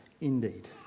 indeed